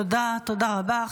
תודה, תודה רבה.